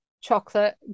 chocolate